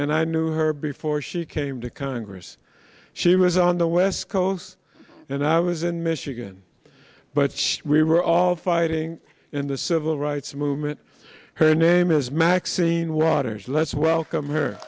and i knew her before she came to congress she was on the west coast and i was in michigan but should we were all fighting in the civil rights movement her name is maxine waters let's welcome her